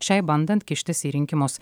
šiai bandant kištis į rinkimus